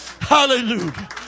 Hallelujah